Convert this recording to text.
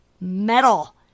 metal